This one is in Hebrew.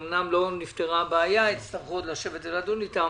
אמנם לא נפתרה הבעיה ויצטרכו עוד לשבת ולדון אתם